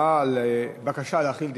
תראה, להבדיל,